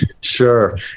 Sure